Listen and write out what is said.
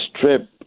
trip